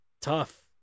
tough